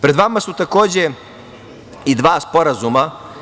Pred vama su, takođe, i dva sporazuma.